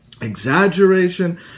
exaggeration